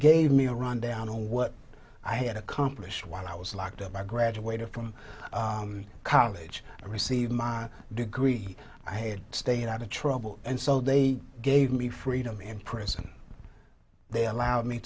gave me a rundown on what i had accomplished while i was locked up i graduated from college to receive my degree i had stayed out of trouble and so they gave me freedom in prison they allowed me